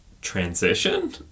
transition